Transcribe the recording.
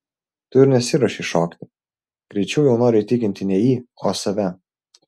tu ir nesiruošei šokti greičiau jau noriu įtikinti ne jį o save